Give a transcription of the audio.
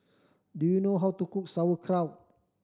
do you know how to cook Sauerkraut